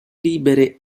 libere